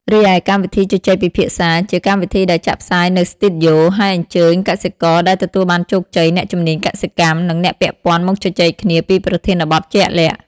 រីឯកម្មវិធីជជែកពិភាក្សា ជាកម្មវិធីដែលចាក់ផ្សាយនៅស្ទូឌីយោ ហើយអញ្ជើញកសិករដែលទទួលបានជោគជ័យ អ្នកជំនាញកសិកម្ម និងអ្នកពាក់ព័ន្ធមកជជែកគ្នាពីប្រធានបទជាក់លាក់។